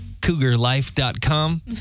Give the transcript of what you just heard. cougarlife.com